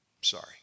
Sorry